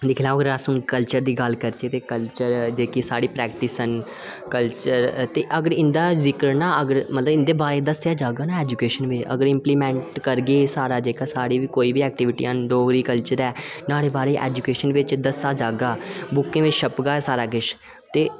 दिक्खी लो अगर अस हून कल्चर दी गल्ल करचै ते कल्चर जेहकी साढ़ी प्रैक्टिस ना कल्चर अगर इंदा जिकर ना अगर इंदे बारे दस्सेआ जागा ना ऐजुकेशन बिच अगर इंपलीमेंट करगे इसगी सारा जेहका साढ़ी बी कोई बी ऐक्टीबिटी ना डोगरी कल्चर नुआढ़े बारे च ऐजुकेशन बिच दस्सेआ जागा बुकें च छपगा सारा किश ते